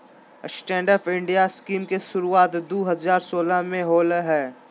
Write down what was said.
stand up India scheme के शुरुआत दू हज़ार सोलह में होलय हल